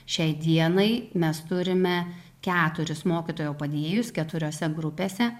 šiai dienai mes turime keturis mokytojo padėjėjus keturiose grupėse